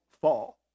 fall